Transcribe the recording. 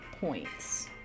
points